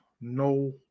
no